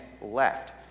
left